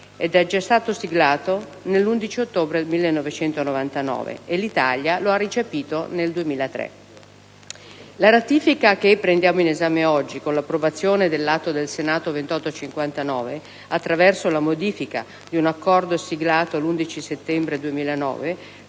è stato siglato già l'11 ottobre 1999 e l'Italia lo ha recepito nel 2003. La ratifica che prendiamo in esame oggi con l'approvazione dell'Atto Senato n. 2859, attraverso la modifica di un Accordo siglato l'11 settembre 2009,